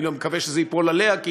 אני מקווה שזה ייפול עליה,